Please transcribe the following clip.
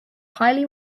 highly